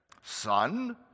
Son